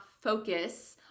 focus